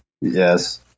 Yes